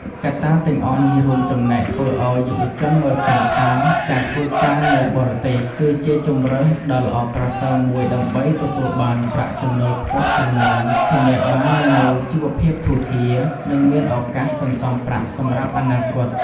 កត្តាទាំងអស់នេះរួមចំណែកធ្វើឱ្យយុវជនមើលឃើញថា ការធ្វើការនៅបរទេសគឺជាជម្រើសដ៏ល្អប្រសើរមួយដើម្បីទទួលបានប្រាក់ចំណូលខ្ពស់ជាងមុន ធានាបាននូវជីវភាពធូរធារ និងមានឱកាសសន្សំប្រាក់សម្រាប់អនាគត។